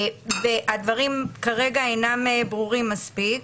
והדברים כרגע אינם ברורים מספיק.